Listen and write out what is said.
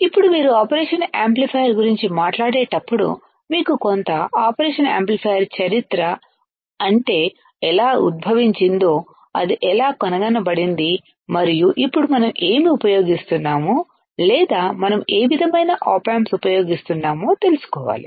ఇప్పుడు మీరు operation amplifier గురించి మాట్లాడేటప్పుడు మీకు కొంత ఆపరేషన్ యాంప్లిఫైయర్ చరిత్ర అంటే ఎలా ఉద్భవించిందో అది ఎలా కనుగొనబడింది మరియు ఇప్పుడు మనం ఏమి ఉపయోగిస్తున్నాము లేదా మనం ఏ విధమైన ఆప్ ఆంప్స్ ఉపయోగిస్తున్నామో తెలుసుకోవాలి